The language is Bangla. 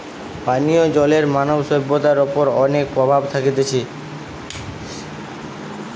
পানীয় জলের মানব সভ্যতার ওপর অনেক প্রভাব থাকতিছে